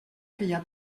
feia